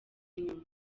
inyuma